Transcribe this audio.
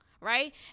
Right